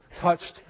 touched